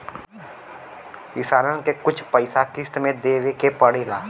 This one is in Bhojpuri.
किसानन के कुछ पइसा किश्त मे देवे के पड़ेला